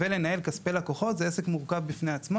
ולנהל כספי לקוחות זה עסק מורכב בפני עצמו,